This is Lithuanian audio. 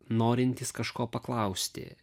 norintys kažko paklausti